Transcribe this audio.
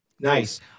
Nice